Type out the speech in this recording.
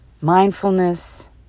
mindfulness